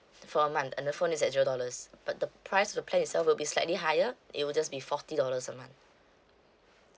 for a month and the phone is at zero dollars but the price the plan itself will be slightly higher it will just be forty dollars a month